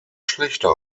schlechter